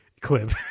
clip